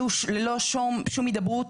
ללא שום הידברות,